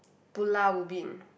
Pulau Ubin